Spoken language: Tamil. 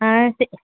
ஆ சே